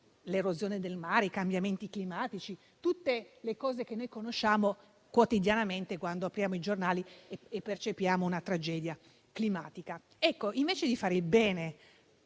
l'erosione delle coste e i cambiamenti climatici, tutte cose che vediamo quotidianamente quando apriamo i giornali e percepiamo la tragedia climatica. Invece di fare il bene